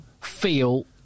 feel